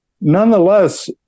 nonetheless